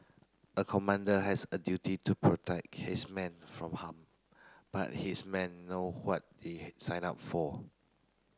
a commander has a duty to protect his men from harm but his men know what they signed up for